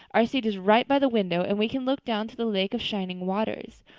our seat is right by the window and we can look down to the lake of shining waters.